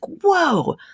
whoa